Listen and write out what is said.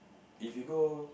if you go